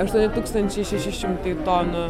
aštuoni tūkstančiai šeši šimtai tonų